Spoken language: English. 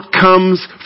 comes